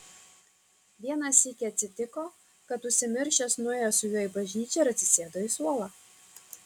vieną sykį atsitiko kad užsimiršęs nuėjo su juo į bažnyčią ir atsisėdo į suolą